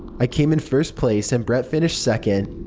i came in first place, and brett finished second.